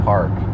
Park